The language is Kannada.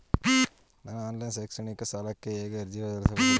ನಾನು ಆನ್ಲೈನ್ ನಲ್ಲಿ ಶೈಕ್ಷಣಿಕ ಸಾಲಕ್ಕೆ ಹೇಗೆ ಅರ್ಜಿ ಸಲ್ಲಿಸಬಹುದು?